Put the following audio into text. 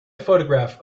photograph